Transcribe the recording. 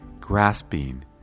grasping